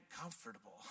comfortable